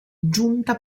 giunta